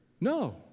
No